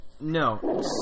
No